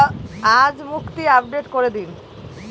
আজ মুক্তি আপডেট করে দিন